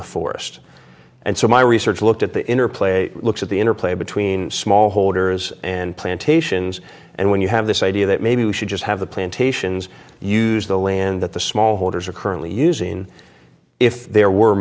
the forest and so my research looked at the interplay looks at the interplay between small holders and plantations and when you have this idea that maybe we should just have the plantations use the land that the smallholders are currently using if there were